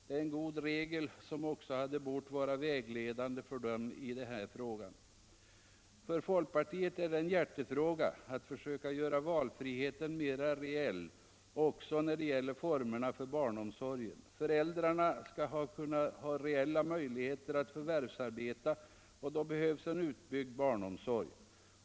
Det är en god regel som också hade bort vara vägledande för de partierna i den här frågan. För folkpartiet är det en hjärtefråga att försöka göra valfriheten mera reell också när det gäller formerna för barnomsorgen. Föräldrarna skall ha reella möjligheter att förvärvsarbeta och då behövs en utbyggd barnomsorg.